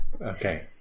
Okay